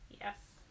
Yes